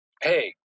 Hey